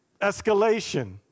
Escalation